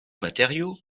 matériau